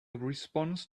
response